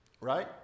Right